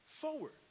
forward